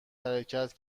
حرکت